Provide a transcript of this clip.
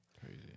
Crazy